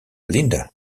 linda